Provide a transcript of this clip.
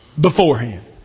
beforehand